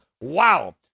Wow